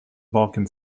balkan